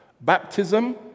Baptism